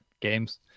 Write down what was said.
games